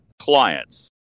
clients